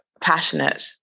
passionate